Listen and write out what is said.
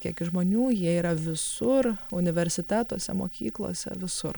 kiekis žmonių jie yra visur universitetuose mokyklose visur